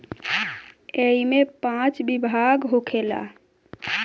ऐइमे पाँच विभाग होखेला